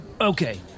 Okay